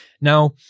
Now